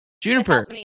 Juniper